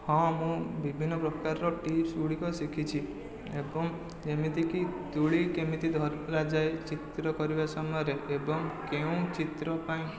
ହଁ ମୁଁ ବିଭିନ୍ନ ପ୍ରକାରର ଟିପସ୍ ଗୁଡ଼ିକ ଶିଖିଛି ଏବଂ ଏମିତିକି ତୁଳୀ କେମିତି ଧରାଯାଏ ଚିତ୍ର କରିବା ସମୟରେ ଏବଂ କେଉଁ ଚିତ୍ର ପାଇଁ